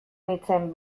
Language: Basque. nintzen